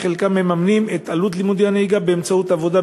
שחלקם מממנים את לימודי הנהיגה באמצעות עבודה